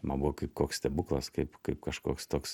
man buvo kaip koks stebuklas kaip kaip kažkoks toks